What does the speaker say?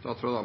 For å